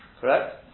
Correct